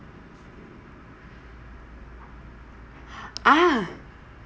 ah